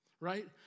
right